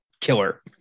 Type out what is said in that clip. killer